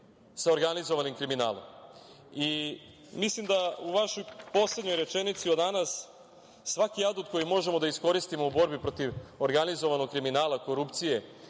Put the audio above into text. sa organizovanim kriminalom. Mislim da u vašoj poslednjoj rečenici od danas svaki adut koji možemo da iskoristimo u borbi protiv organizovanog kriminala, korupcije